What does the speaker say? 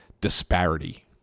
disparity